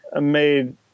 made